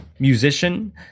musician